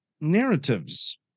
narratives